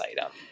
item